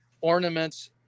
ornaments